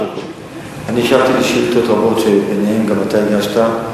אני השבתי על שאילתות רבות שביניהן זו שאתה הגשת,